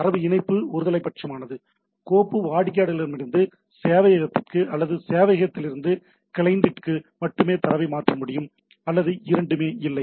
தரவு இணைப்பு ஒருதலைப்பட்சமானது கோப்பு வாடிக்கையாளரிடமிருந்து சேவையகத்திற்கு அல்லது சேவையகத்திலிருந்து கிளையண்டிற்கு மட்டுமே தரவை மாற்ற முடியும் அல்லது இரண்டுமே இல்லை